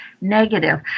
negative